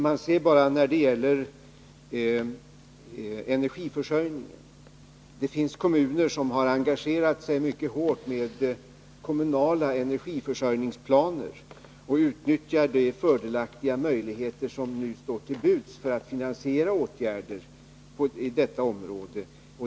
Man ser t.ex. när det gäller energiförsörjningen att det finns kommuner som har engagerat sig mycket hårt för kommunala energiförsörjningsplaner och att de utnyttjar de fördelaktiga möjligheter som nu står till buds för att finansiera åtgärder på detta område.